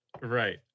Right